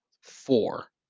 four